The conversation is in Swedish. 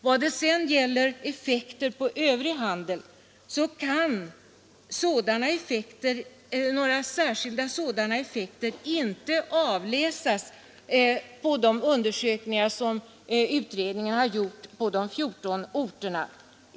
Vad gäller effekter på övrig handel så kan några särskilda sådana inte avläsas i de undersökningar som utredningen har gjort på de 14 orterna.